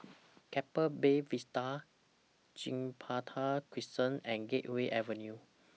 Keppel Bay Vista Gibraltar Crescent and Gateway Avenue